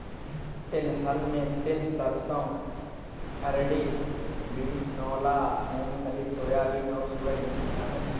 तिलहन में तिल सरसों अरंडी बिनौला मूँगफली सोयाबीन और सूरजमुखी शामिल है